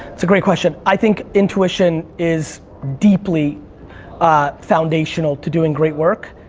it's a great question. i think intuition is deeply foundational to doing great work,